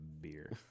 beer